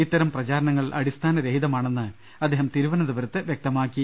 ഇത്തരം പ്രചാരണങ്ങൾ അടിസ്ഥാനരഹിതമാ ണെന്ന് അദ്ദേഹം തിരുവനന്തപുരത്ത് വ്യക്തമാക്കി